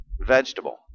vegetable